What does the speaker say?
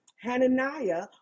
Hananiah